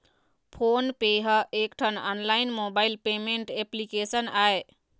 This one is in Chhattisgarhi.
फोन पे ह एकठन ऑनलाइन मोबाइल पेमेंट एप्लीकेसन आय